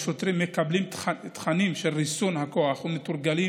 השוטרים מקבלים תכנים של ריסון הכוח ומתורגלים